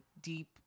deep